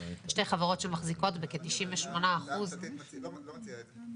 יש שתי חברות שמחזיקות בכ-98% --- ההצעה הפרטית לא מציעה את זה.